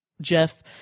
Jeff